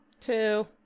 Two